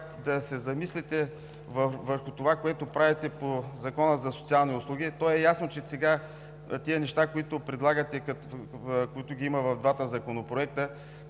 да се замислите върху това, което правите, по Закона за социалните услуги. То е ясно, че сега тези неща, които ги има в двата законопроекта,